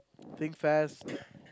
think fast